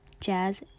jazz